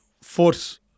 force